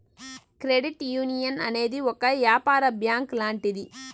credit union అనేది ఒక యాపార బ్యాంక్ లాంటిది